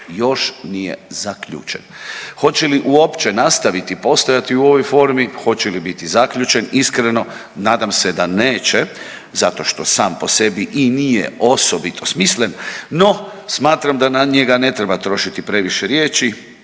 još nije zaključen. Hoće li uopće nastaviti postojati u ovoj formi, hoće li biti zaključen iskreno nadam se da neće zato što sam po sebi i nije osobito smislen. No, smatram da na njega ne treba trošiti previše riječi.